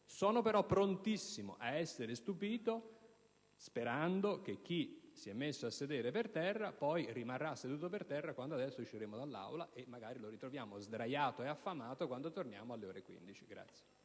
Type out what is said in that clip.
Sono però prontissimo ad essere stupito, sperando che chi si è messo a sedere per terra poi rimanga lì quando fra poco usciremo dall'Aula, e che magari lo ritroveremo sdraiato e affamato quando torneremo alle ore 15. **Mozioni